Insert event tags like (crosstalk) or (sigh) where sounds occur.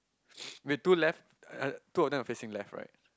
(noise) wait two left uh two of them are facing left right